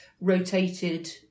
rotated